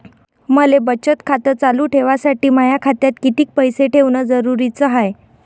मले बचत खातं चालू ठेवासाठी माया खात्यात कितीक पैसे ठेवण जरुरीच हाय?